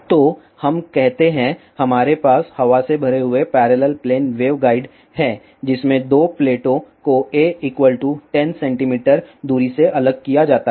तो हम कहते हैं हमारे पास हवा में भरे हुए पैरेलल प्लेन वेवगाइड हैं जिसमें 2 प्लेटों को a 10 cm दूरी से अलग किया जाता है